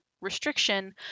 restriction